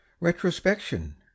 RETROSPECTION